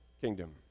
kingdom